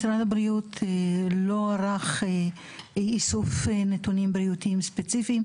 משרד הבריאות לא ערך איסוף נותנים בעייתיים ספציפיים,